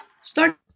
Start